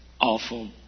awful